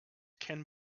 can